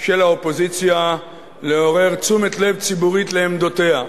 של האופוזיציה לעורר תשומת לב ציבורית לעמדותיה.